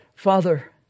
Father